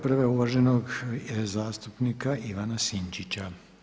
Prva je uvaženog zastupnika Ivana Sinčića.